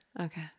Okay